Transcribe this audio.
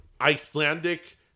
Icelandic